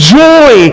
joy